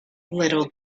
little